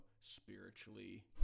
spiritually